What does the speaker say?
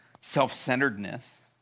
self-centeredness